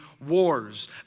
wars